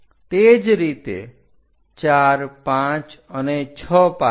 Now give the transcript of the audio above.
તે જ રીતે 45 અને 6 પાસે